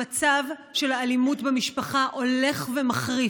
המצב של האלימות במשפחה הולך ומחריף,